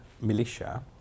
militia